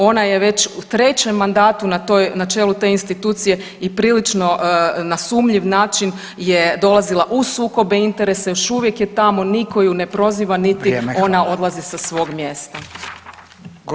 Ona je već u trećem mandatu na toj, na čelu te institucije i prilično na sumnjiv način je dolazila u sukobe interesa i još uvijek je tamo, niko ju ne proziva niti [[Upadica: Vrijeme, hvala]] ona odlazi sa svog mjesta.